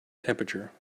temperature